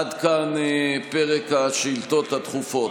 עד כאן פרק השאילתות הדחופות.